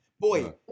Boy